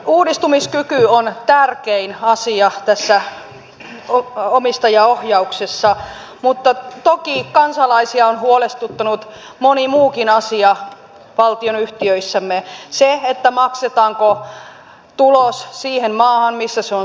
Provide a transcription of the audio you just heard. uudistumiskyky on tärkein asia tässä omistajaohjauksessa mutta toki kansalaisia on huolestuttanut moni muukin asia valtionyhtiöissämme se maksetaanko tulos siihen maahan missä se on syntynyt